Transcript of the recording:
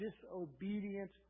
disobedient